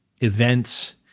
events